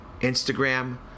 Instagram